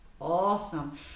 awesome